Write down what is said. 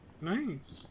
Nice